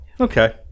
Okay